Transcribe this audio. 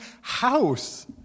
house